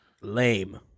lame